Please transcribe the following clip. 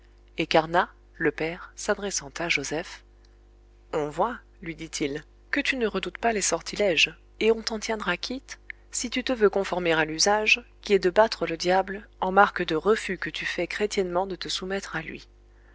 et carnat le père s'adressant à joseph on voit lui dit-il que tu ne redoutes pas les sortiléges et on t'en tiendra quitte si tu te veux conformer à l'usage qui est de battre le diable en marque de refus que tu fais chrétiennement de te soumettre à lui